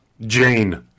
Jane